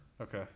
Okay